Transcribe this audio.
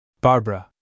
Barbara